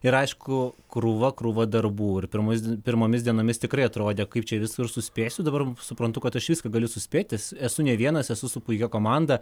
ir aišku krūva krūvą darbų ir pirmus pirmomis dienomis tikrai atrodė kaip čia visur suspėsiu dabar suprantu kad aš viską galiu suspėti esu ne vienas esu su puikia komanda